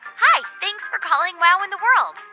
hi. thanks for calling wow in the world.